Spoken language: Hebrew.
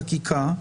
בחקיקה.